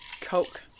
Coke